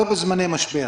לא בזמני משבר.